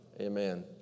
Amen